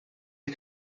you